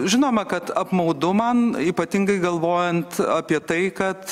žinoma kad apmaudu man ypatingai galvojant apie tai kad